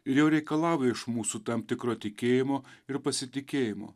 ir jau reikalauja iš mūsų tam tikro tikėjimo ir pasitikėjimo